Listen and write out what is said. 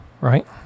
right